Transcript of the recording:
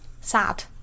Sad